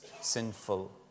sinful